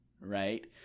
right